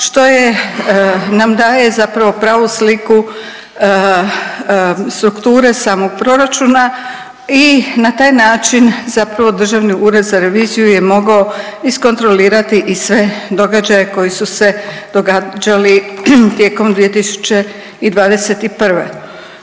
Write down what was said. što nam daje zapravo pravu sliku strukture samog proračuna i na taj način zapravo Državni ured za reviziju je mogao iskontrolirati i sve događaje koji su se događali tijekom 2021.